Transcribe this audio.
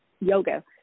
yoga